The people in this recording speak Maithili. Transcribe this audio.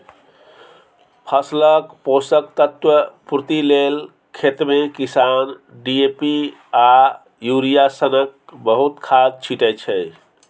फसलक पोषक तत्व पुर्ति लेल खेतमे किसान डी.ए.पी आ युरिया सनक बहुत खाद छीटय छै